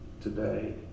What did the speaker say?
today